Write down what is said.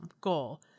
goal